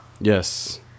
Yes